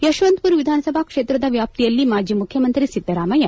ಯಶವಂತಮರ ವಿಧಾನಸಭಾ ಕ್ಷೇತ್ರದ ವ್ಯಾಪ್ತಿಯಲ್ಲಿ ಮಾಜಿ ಮುಖ್ಯಮಂತ್ರಿ ಸಿದ್ದರಾಮಯ್ಯ